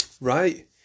Right